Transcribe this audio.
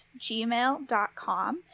gmail.com